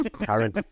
Karen